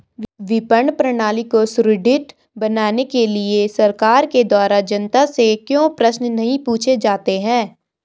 विपणन प्रणाली को सुदृढ़ बनाने के लिए सरकार के द्वारा जनता से क्यों प्रश्न नहीं पूछे जाते हैं?